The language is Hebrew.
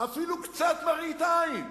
אפילו קצת מראית עין.